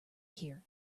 here